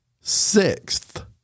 sixth